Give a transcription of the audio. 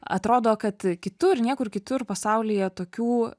atrodo kad kitur niekur kitur pasaulyje tokių